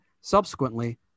subsequently